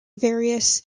various